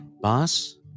Boss